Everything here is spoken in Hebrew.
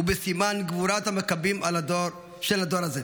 ובסימן גבורת המכבים של הדור הזה.